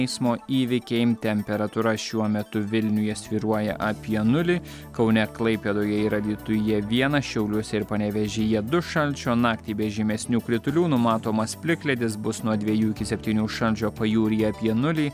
eismo įvykiai temperatūra šiuo metu vilniuje svyruoja apie nulį kaune klaipėdoje ir alytuje vienas šiauliuose ir panevėžyje du šalčio naktį be žymesnių kritulių numatomas plikledis bus nuo dviejų iki septynių šalčio pajūryje apie nulį